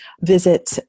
visit